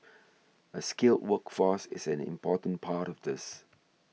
a skilled workforce is an important part of this